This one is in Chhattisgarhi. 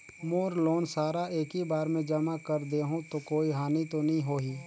मोर लोन सारा एकी बार मे जमा कर देहु तो कोई हानि तो नी होही?